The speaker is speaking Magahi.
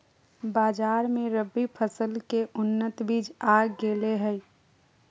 बाजार मे रबी फसल के उन्नत बीज आ गेलय हें